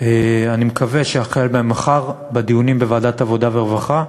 אני מקווה שהחל ממחר בדיונים בוועדת העבודה והרווחה,